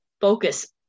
focus